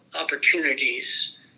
opportunities